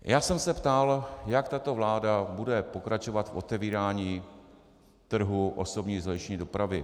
Já jsem se ptal, jak tato vláda bude pokračovat v otevírání trhu osobní železniční dopravy.